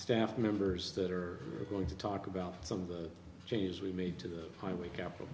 staff members that are going to talk about some of the changes we made to the highway capital